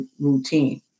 Routine